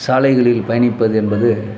சாலைகளில் பயணிப்பது என்பது